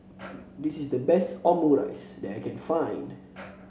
this is the best Omurice that I can find